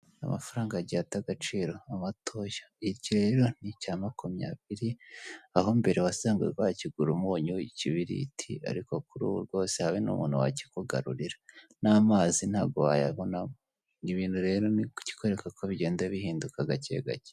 Amafaranga giye ata agaciro amatoya igihe rero ni icya makumyabiri aho mbere wasanga wakigura umunyu, ikibiriti ariko kuri ubu rwose habe n'umuntu wakikugarurira n'amazi ntago wayabona ni ibintu rero ni kukikwereka uko bigenda bihinduka gake gake.